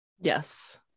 Yes